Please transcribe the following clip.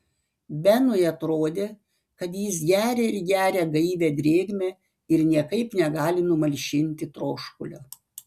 benui atrodė kad jis geria ir geria gaivią drėgmę ir niekaip negali numalšinti troškulio